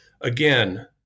again